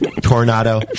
tornado